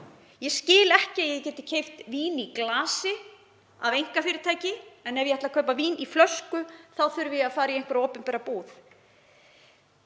Ég skil ekki að ég geti keypt vín í glasi af einkafyrirtæki en ef ég ætla að kaupa vín í flösku þá þurfi ég að fara í einhverja opinbera búð.